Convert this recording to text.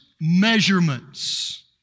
measurements